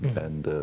and